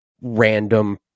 random